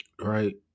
right